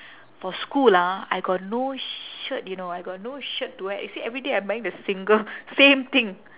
for school ah I got no shirt you know I got no shirt to wear you see every day I'm wearing the single same thing